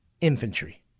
infantry